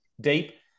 deep